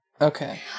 Okay